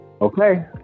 okay